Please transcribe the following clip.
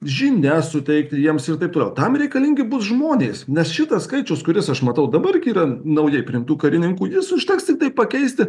žinias suteikti jiems ir taip toliau tam reikalingi bus žmonės nes šitas skaičius kuris aš matau dabar gi yra naujai priimtų karininkų užteks tiktai pakeisti